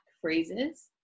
phrases